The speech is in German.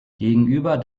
gegenüber